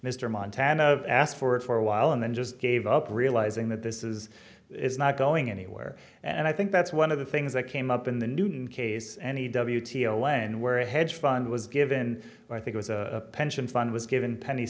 mr montana of asked for a while and then just gave up realizing that this is not going anywhere and i think that's one of the things that came up in the newton case any w t a land where a hedge fund was given i think was a pension fund was given penny